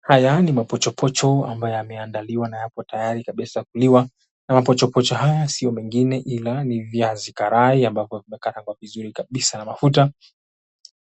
Haya ni mapochopocho ambayo yameandaliwa na yapo tayari kabisa kuliwa na mapochopocho haya sio mengine ila ni viazi karai ambavyo vimekarangwa vizuri kabisa na mafuta